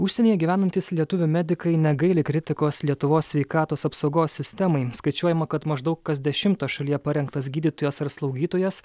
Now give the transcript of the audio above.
užsienyje gyvenantys lietuvių medikai negaili kritikos lietuvos sveikatos apsaugos sistemai skaičiuojama kad maždaug kas dešimtas šalyje parengtas gydytojos ar slaugytojas